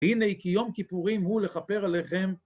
הנה כי יום כיפורים הוא לכפר עליכם